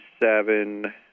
seven